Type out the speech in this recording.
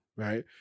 right